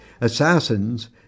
Assassins